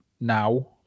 now